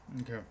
Okay